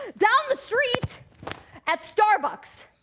down the street at, starbucks,